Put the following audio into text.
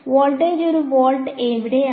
voltage ഒരു volt എവിടെയാണ്